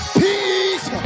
peace